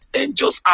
angels